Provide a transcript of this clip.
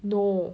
no